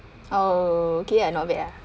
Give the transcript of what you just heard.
oh okay lah not bad lah